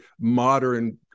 modern